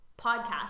podcast